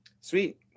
Sweet